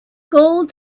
gold